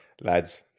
lads